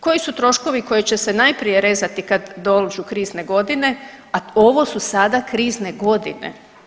Koji su troškovi koji će se najprije rezati kad dođu krizne godine, a ovo su sada krizne godine.